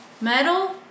metal